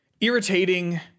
irritating